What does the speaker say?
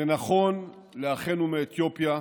זה נכון לאחינו מאתיופיה,